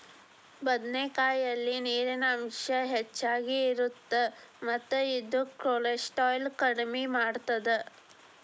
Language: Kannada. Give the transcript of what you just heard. ಬದನೆಕಾಯಲ್ಲಿ ನೇರಿನ ಅಂಶ ಹೆಚ್ಚಗಿ ಇರುತ್ತ ಮತ್ತ ಇದು ಕೋಲೆಸ್ಟ್ರಾಲ್ ಕಡಿಮಿ ಮಾಡತ್ತದ